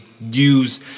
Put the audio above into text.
use